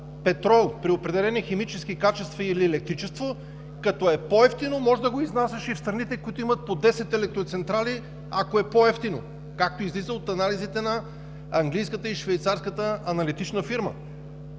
петрол, при определени химически качества, или електричество, като е по-евтино, можеш да го изнасяш и в страните, които имат по десет електроцентрали, ако е по-евтино, както излиза от анализите на английската и швейцарската аналитични фирми.